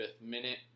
minute